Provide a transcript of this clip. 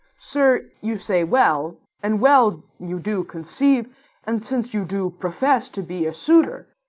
sir, you say well, and well you do conceive and since you do profess to be a suitor,